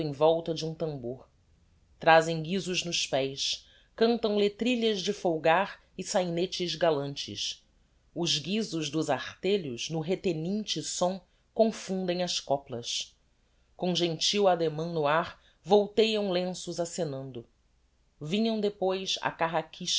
volta de um tambor trazem guizos nos pés cantam letrilhas de folgar e sainetes galantes os guizos dos artelhos no reteninte som confundem as coplas com gentil ademan no ár volteiam lenços acenando vinha depois a carraquisca